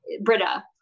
Britta